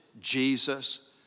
Jesus